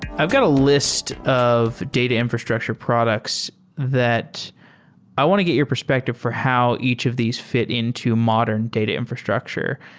i've got a list of data infrastructure products that i want to get your perspective for how each of these fi t into modern data infrastructure,